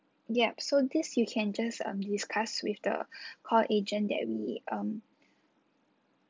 yup so this you can just um discuss with the call agent that we um